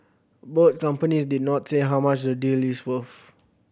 both companies did not say how much the deal is worth